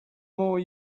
more